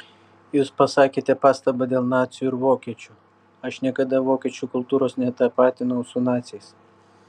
jūs pasakėte pastabą dėl nacių ir vokiečių aš niekada vokiečių kultūros netapatinau su naciais